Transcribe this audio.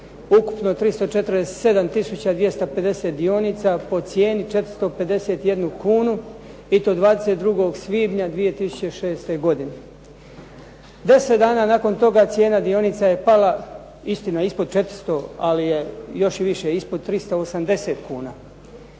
ukupno 347 tisuća 250 dionica po cijeni 451 kunu i to 22. svibnja 2006. godine. Deset dana nakon toga cijena dionica je pala istina ispod 400, ali je još i više, ispod 380 kuna.